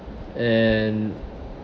and